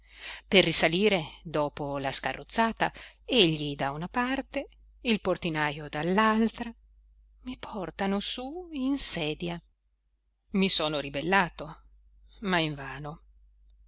per risalire dopo la scarrozzata egli da una parte il portinajo dall'altra mi portano su in sedia i sono ribellato ma invano